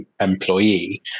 employee